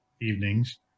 evenings